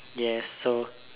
yes so